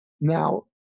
Now